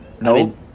no